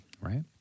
Right